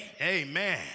amen